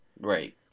right